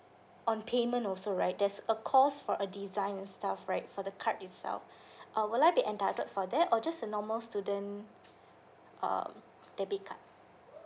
on payment also right there's a cost for a design and stuff right for the card itself uh would I be entitled for that or just a normal student err debit card